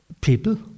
People